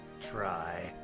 Try